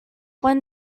when